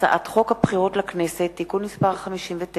הצעת חוק הבחירות לכנסת (תיקון מס' 59)